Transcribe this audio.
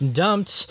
dumped